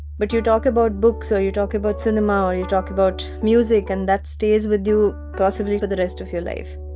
but you talk about books, or you're talk about cinema, or you talk about music and that stays with you possibly for the rest of your life